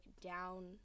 down